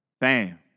bam